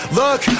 look